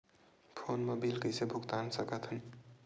Phone मा bill कइसे भुक्तान साकत हन?